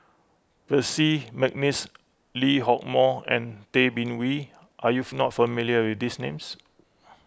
Percy McNeice Lee Hock Moh and Tay Bin Wee are you not familiar with these names